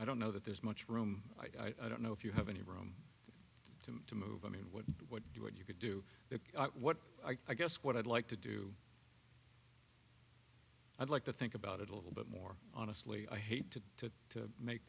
i don't know that there's much room i don't know if you have any room to move i mean what what do what you could do what i guess what i'd like to do i'd like to think about it a little bit more honestly i hate to to to make